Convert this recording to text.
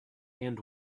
and